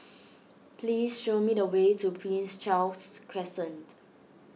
please show me the way to Prince Charles Crescent